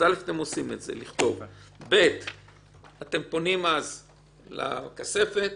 כשאתם פונים לכספת